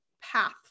path